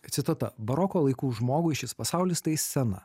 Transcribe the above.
citata baroko laikų žmogui šis pasaulis tai scena